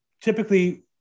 typically